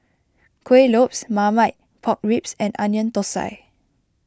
Kuih Lopes Marmite Pork Ribs and Onion Thosai